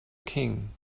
king